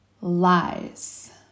lies